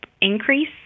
increase